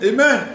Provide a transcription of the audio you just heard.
Amen